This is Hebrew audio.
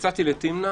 יצאתי לתמנע